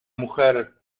mujer